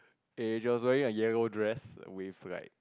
and she was wearing a yellow dress with like